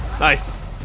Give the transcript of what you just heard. Nice